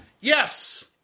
Yes